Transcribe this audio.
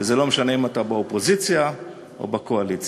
וזה לא משנה אם אתה באופוזיציה או בקואליציה.